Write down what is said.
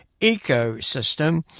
Ecosystem